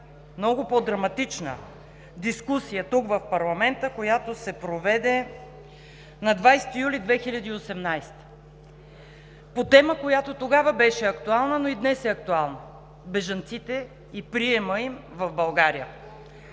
много по-драматична дискусия тук, в парламента, която се проведе на 20 юли 2018 г. по тема, която тогава беше актуална, но и днес е актуална – бежанците и приемът им в България.